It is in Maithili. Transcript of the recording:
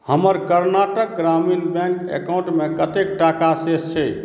हमर कर्नाटक ग्रामीण बैंक अकाउंटमे कतेक टाका शेष छै